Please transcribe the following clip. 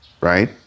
right